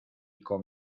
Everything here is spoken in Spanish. con